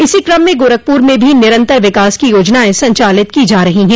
इसी क्रम में गोरखपुर में भी निरंतर विकास की योजनायें संचालित की जा रही हैं